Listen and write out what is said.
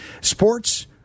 sports